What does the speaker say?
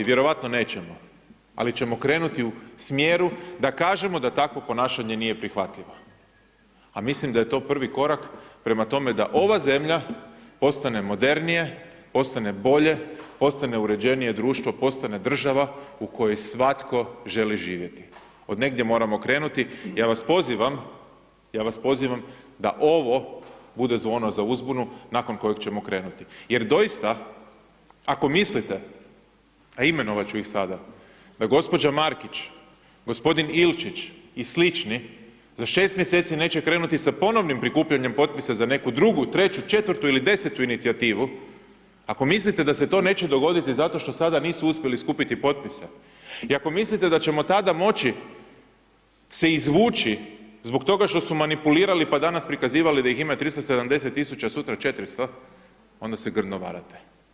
Vjerojatno nećemo, ali ćemo krenuti u smjeru da kažemo da takvo ponašanje nije prihvatljivo, a mislim da je to prvi korak prema tome da ova zemlja postane modernije, postane bolje, postane uređenije društvo, postane država u kojoj svatko želi živjeti, od negdje moramo krenuti, ja vas pozivam, ja vas pozivam, da ovo bude zvono za uzbunu nakon kojeg ćemo krenuti jer doista, ako mislite, a imenovat ću ih sada, da gđa. Markić, g. Iličić i slični za 6 mjeseci neće krenuti sa ponovnim prikupljanjem potpisa za neku drugu, treću, četvrtu ili desetu inicijativu, ako mislite da se to neće dogoditi zato što sada nisu uspjeli skupiti potpise i ako mislite da ćemo tada moći se izvući zbog toga što su manipulirali, pa danas prikazivali da ih ima 370 000, sutra 400, onda se grdno varate.